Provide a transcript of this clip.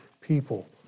people